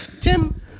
Tim